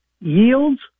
yields